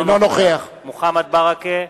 אינו נוכח מוחמד ברכה,